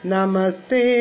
Namaste